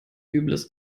übles